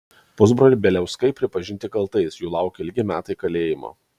pusbroliai bieliauskai pripažinti kaltais jų laukia ilgi metai kalėjimo